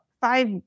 five